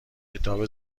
کتاب